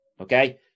okay